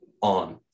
on